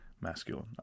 masculine